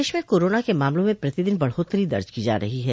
प्रदेश में कोराना के मामलों में प्रतिदिन बढ़ोत्तरी दर्ज की जा रही है